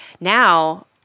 now